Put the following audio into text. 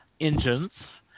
engines